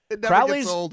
Crowley's